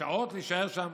שעות נשארו שם.